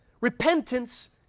repentance